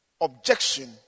objection